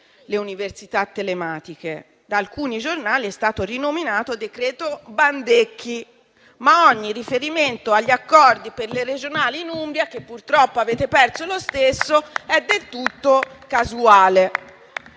le università telematiche e che da alcuni giornali è stato rinominato "decreto Bandecchi". Ogni riferimento agli accordi per le regionali in Umbria, che purtroppo avete perso lo stesso, è del tutto casuale.